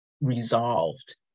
resolved